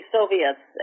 Soviets